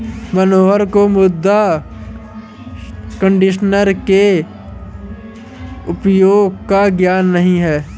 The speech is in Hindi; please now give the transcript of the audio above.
मनोहर को मृदा कंडीशनर के उपयोग का ज्ञान नहीं है